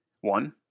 One